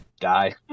die